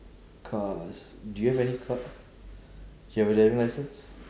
cars do you have any car you have a driving licence